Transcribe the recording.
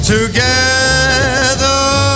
Together